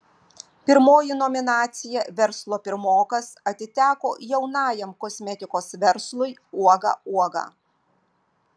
pirmoji nominacija verslo pirmokas atiteko jaunajam kosmetikos verslui uoga uoga